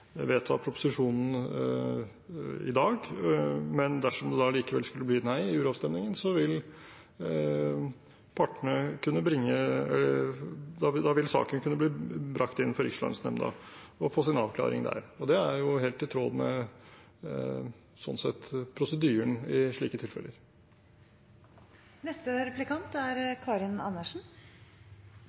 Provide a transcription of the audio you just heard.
vedta proposisjonen i dag. Dersom det da likevel skulle bli nei i uravstemningen, vil saken kunne bli brakt inn for Rikslønnsnemnda og få sin avklaring der. Det er jo helt i tråd med, slik sett, prosedyren i slike